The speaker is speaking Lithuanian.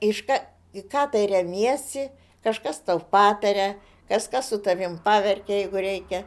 iš ką į ką tai remiesi kažkas tau pataria kas ką su tavim paverkia jeigu reikia